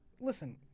listen